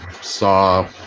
saw